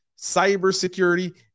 cybersecurity